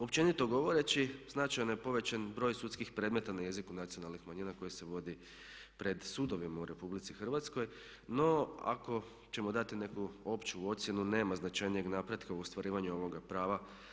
Općenito govoreći značajno je povećan broj sudskih predmeta na jeziku nacionalnih manjina koji se vodi pred sudovima u Republici Hrvatskoj, no ako ćemo dati neku opću ocjenu nema značajnijeg napretka u ostvarivanju ovoga prava.